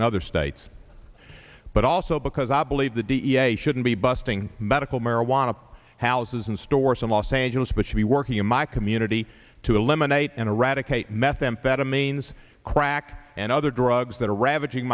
in other states but also because i believe the da shouldn't be busting medical marijuana houses and stores in los angeles but should be working in my community to eliminate and eradicate methamphetamines crack and other drugs that are ravaging